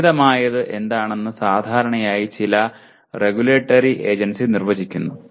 അമിതമായത് എന്താണെന്ന് സാധാരണയായി ചില റെഗുലേറ്ററി ഏജൻസി നിർവചിക്കുന്നു